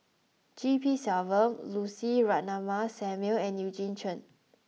G P Selvam Lucy Ratnammah Samuel and Eugene Chen